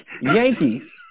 Yankees